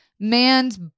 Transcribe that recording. man's